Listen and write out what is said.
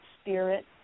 spirit